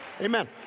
amen